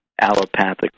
allopathic